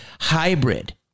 hybrid